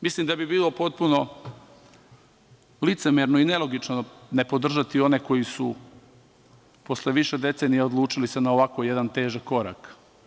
Mislim da bi bilo potpuno licemerno i nelogično ne podržati one koji su se posle više decenija odlučili na ovako jedan težak korak.